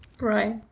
right